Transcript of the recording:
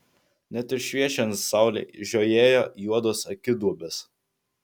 net ir šviečiant saulei žiojėja juodos akiduobės